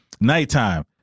nighttime